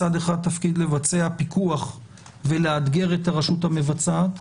מצד אחד לבצע פיקוח ולאתגר את הרשות המבצעת,